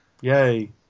Yay